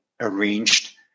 arranged